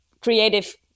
creative